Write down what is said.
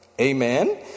amen